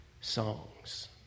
songs